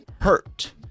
hurt